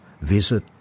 Visit